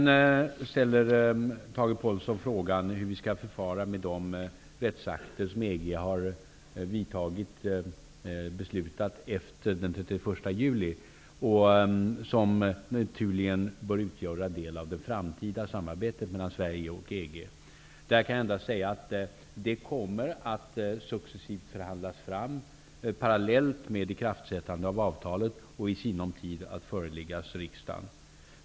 Tage Påhlsson frågar hur vi skall förfara med de rättsakter som EG har beslutat om efter den 31 juli och som naturligen bör utgöra en del av det framtida samarbetet mellan Sverige och EG. Jag kan endast säga att det här kommer att successivt förhandlas fram, parallellt med ikraftsättandet av avtalen, och i sinom tid föreläggas riksdagen.